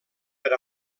per